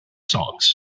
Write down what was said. songs